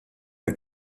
der